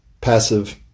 passive